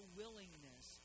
willingness